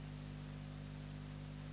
Hvala.